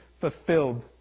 fulfilled